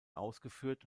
ausgeführt